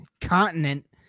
continent